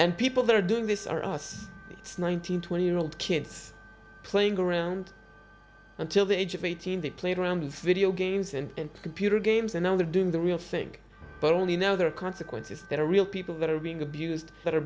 and people that are doing this are us it's nineteen twenty year old kids playing around until the age of eighteen they played around with video games and computer games and now they're doing the real thing but only now there are consequences that are real people that are being abused that are